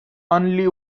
only